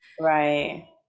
Right